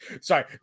sorry